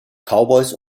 cowboys